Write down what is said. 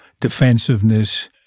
defensiveness